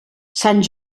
sant